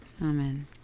Amen